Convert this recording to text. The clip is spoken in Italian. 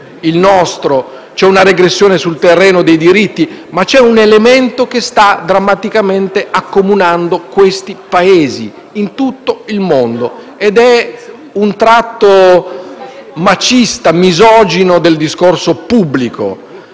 il nostro. C'è una regressione sul terreno dei diritti, ma c'è un elemento che sta drammaticamente accomunando questi Paesi in tutto il mondo ed è un tratto machista e misogino del discorso pubblico,